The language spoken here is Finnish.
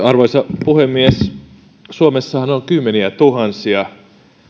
arvoisa puhemies suomessahan on kymmeniätuhansia